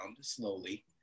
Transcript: slowly